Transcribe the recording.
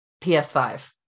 PS5